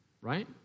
Right